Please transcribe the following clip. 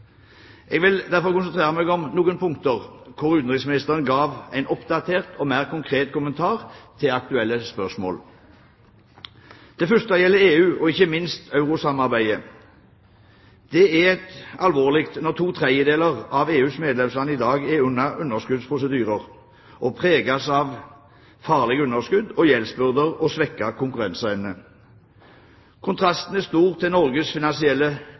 Jeg vil derfor konsentrere meg om noen punkter hvor utenriksministeren ga en oppdatert og mer konkret kommentar til aktuelle spørsmål. Det første gjelder EU, og ikke minst eurosamarbeidet. Det er alvorlig når to tredjedeler av EUs medlemsland i dag er under underskuddsprosedyrer og preges av farlige underskudd, gjeldsbyrder og svekket konkurranseevne. Kontrasten er stor til Norges